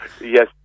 yes